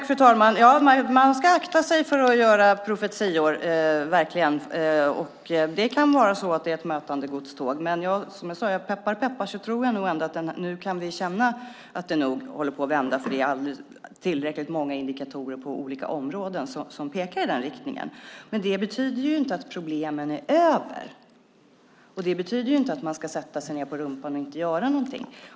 Fru talman! Man ska verkligen akta sig för att göra profetior. Det kan vara så att det är ett mötande godståg. Men som jag sade - peppar peppar - tror jag att vi nu kan känna att det håller på att vända. Det finns tillräckligt många indikatorer på olika områden som pekar i den riktningen. Men det betyder inte att problemen är över, och det betyder inte att man ska sätta sig ned på rumpan och inte göra någonting.